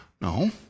No